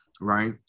right